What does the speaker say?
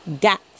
Got